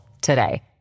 today